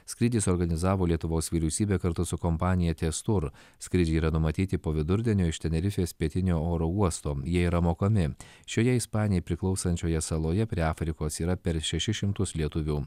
skrydį suorganizavo lietuvos vyriausybė kartu su kompanija tez tour skrydžiai yra numatyti po vidurdienio iš tenerifės pietinio oro uosto jie yra mokami šioje ispanijai priklausančioje saloje prie afrikos yra per šešis šimtus lietuvių